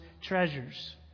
treasures